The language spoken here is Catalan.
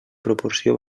proporció